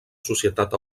societat